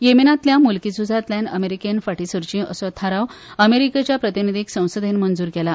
येमेनातल्या मुल्की झुजांतल्यान अमेरिकेन फाटीं सरची असो थाराव अमेरिकेच्या प्रतिनीधीक संसदेत मंजुर केला